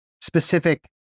specific